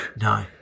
no